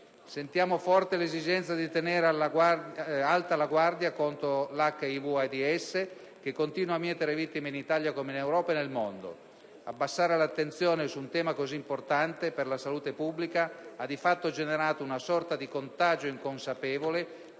Sentiamo forte l'esigenza di tenere alta la guardia contro l'HIV/AIDS, che continua a mietere vittime in Italia come in Europa e nel mondo. Abbassare l'attenzione su un tema così importante per la salute pubblica ha, di fatto, generato una sorta di contagio inconsapevole